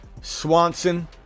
Swanson